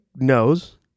knows